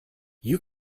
you